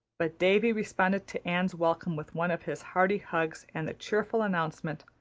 but davy responded to anne's welcome with one of his hearty hugs and the cheerful announcement,